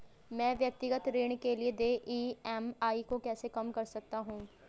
मैं व्यक्तिगत ऋण के लिए देय ई.एम.आई को कैसे कम कर सकता हूँ?